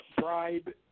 bribe